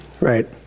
Right